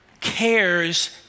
cares